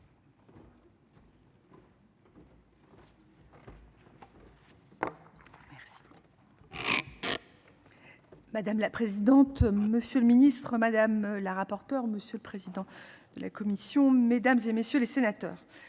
Madame la présidente. Monsieur le ministre, madame la rapporteure. Monsieur le président de la commission mesdames et messieurs les sénateurs.